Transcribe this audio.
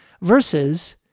versus